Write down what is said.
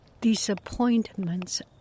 disappointments